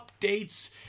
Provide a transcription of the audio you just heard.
updates